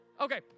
Okay